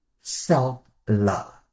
Self-Love